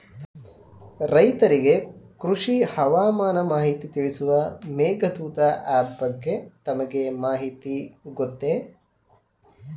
ರೈತರಿಗೆ ಕೃಷಿ ಹವಾಮಾನ ಮಾಹಿತಿ ತಿಳಿಸುವ ಮೇಘದೂತ ಆಪ್ ಬಗ್ಗೆ ತಮಗೆ ಮಾಹಿತಿ ಗೊತ್ತೇ?